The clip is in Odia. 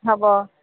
ହେବ